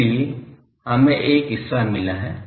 इसलिए हमें एक हिस्सा मिला है